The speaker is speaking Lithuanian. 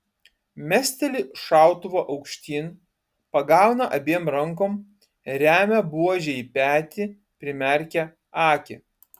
mesteli šautuvą aukštyn pagauna abiem rankom remia buožę į petį primerkia akį